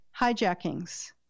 hijackings